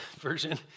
version